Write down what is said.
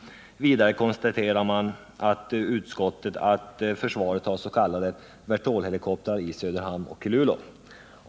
Vidare konstaterar utskottet att försvaret har s.k. Vertolhelikoptrar i Söderhamn och Luleå.